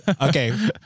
okay